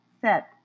set